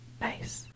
Nice